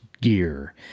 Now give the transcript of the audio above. gear